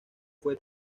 fue